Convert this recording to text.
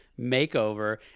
makeover